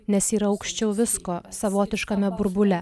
nes yra aukščiau visko savotiškame burbule